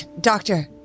Doctor